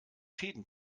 fäden